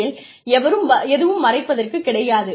இதில் எதுவும் மறைப்பதற்கு கிடையாது